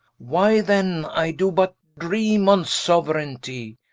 why then i doe but dreame on soueraigntie,